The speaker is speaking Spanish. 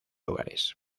hogares